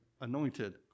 anointed